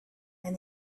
and